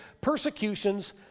persecutions